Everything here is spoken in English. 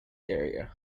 area